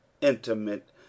intimate